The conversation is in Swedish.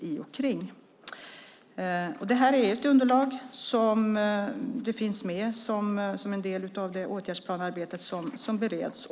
Det finns ett underlag som är med i den åtgärdsplan som bereds.